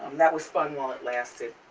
that was fun while it lasted,